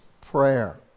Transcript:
prayer